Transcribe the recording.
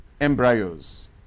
embryos